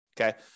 Okay